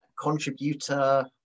contributor